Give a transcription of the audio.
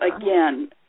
again